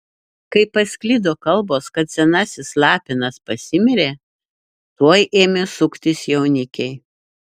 kai pasklido kalbos kad senasis lapinas pasimirė tuoj ėmė suktis jaunikiai